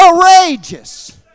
courageous